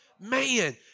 Man